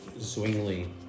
Zwingli